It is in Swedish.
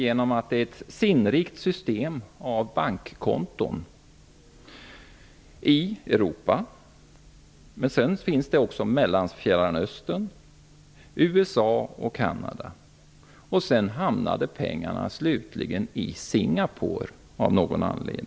Det är fråga om ett sinnrikt system av bankkonton i Europa, men det rör sig också om bankkonton i Fjärran Östern, USA och Canada. Sedan hamnar pengarna av någon anledning slutligen i Singapore.